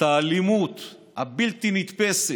את האלימות הבלתי-נתפסת: